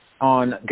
on